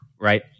right